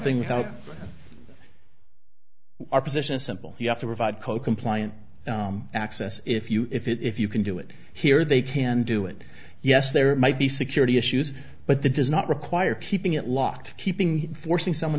thing without our position is simple you have to provide code compliant access if you if you can do it here they can do it yes there might be security issues but that does not require keeping it locked keeping forcing someone